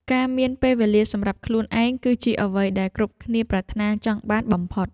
ការមានពេលវេលាសម្រាប់ខ្លួនឯង គឺជាអ្វីដែលគ្រប់គ្នាប្រាថ្នាចង់បានបំផុត។